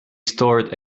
stored